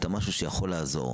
את המשהו הזה שיכול לעזור.